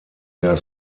der